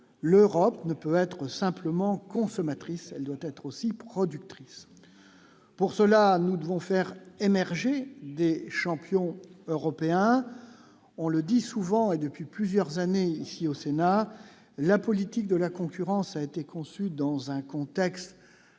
l'Europe ne peut être simplement consommatrice, elle doit être aussi productrice pour cela, nous devons faire émerger champions européens, on le dit souvent et depuis plusieurs années, ici au Sénat, la politique de la concurrence a été conçu dans un contexte